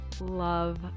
love